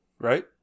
right